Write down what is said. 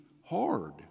hard